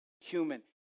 human